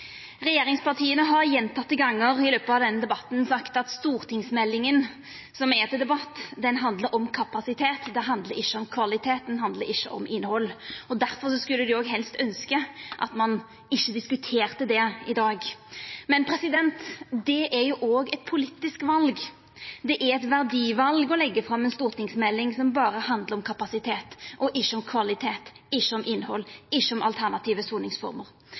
Regjeringspartia har fleire gonger i løpet av denne debatten sagt at stortingsmeldinga som er til debatt, handlar om kapasitet – ho handlar ikkje om kvalitet, og ho handlar ikkje om innhald. Difor skulle dei òg helst ønskja at ein ikkje diskuterte det i dag. Men det er jo òg eit politisk val. Det er eit verdival å leggja fram ei stortingsmelding som berre handlar om kapasitet og ikkje om kvalitet – ikkje om innhald, ikkje om alternative